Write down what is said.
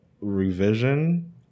Revision